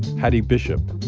hattie bishop,